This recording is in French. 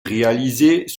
réalisées